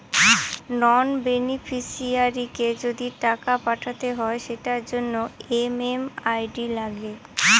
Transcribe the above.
নন বেনিফিশিয়ারিকে যদি টাকা পাঠাতে হয় সেটার জন্য এম.এম.আই.ডি লাগে